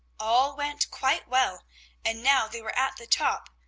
all went quite well and now they were at the top,